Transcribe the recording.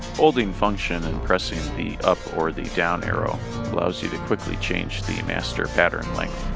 holding function and pressing the up or the down arrow allows you to quickly change the master pattern length